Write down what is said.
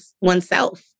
oneself